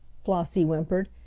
flossie whimpered,